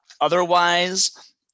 otherwise